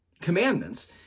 commandments